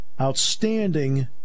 outstanding